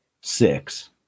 six